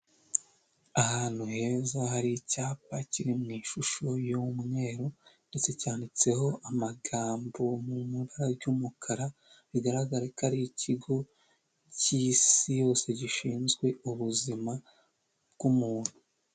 Ahantu heza hari icyapa kiri mu ishusho y'umweru ndetse cyanditseho amagambo mu ibara ry'umukara bigaragara ko ari ikigo cy'isi yose gishinzwe ubuzima bw'umuntu.